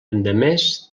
endemés